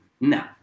no